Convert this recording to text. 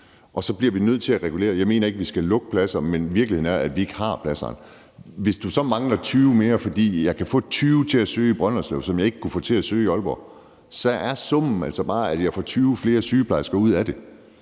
og så bliver vi nødt til at regulere. Jeg mener ikke, vi skal lukke pladser, men virkeligheden er, at vi ikke har pladserne. Hvis man så mangler 20 mere, fordi man kan få 20 flere til at søge i Brønderslev, som man ikke kunne få til at søge i Aalborg, så er summen altså bare, at man får 20 flere sygeplejersker ud af det,